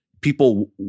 people